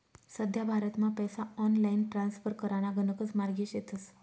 सध्या भारतमा पैसा ऑनलाईन ट्रान्स्फर कराना गणकच मार्गे शेतस